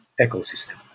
ecosystem